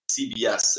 cbs